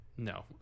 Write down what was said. no